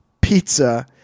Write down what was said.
pizza